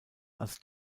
als